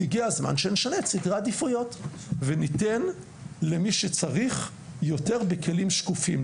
הגיע הזמן שנשנה את סדרי העדיפויות וניתן למי שצריך יותר בכלים שקופים.